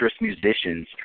musicians